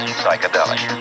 psychedelic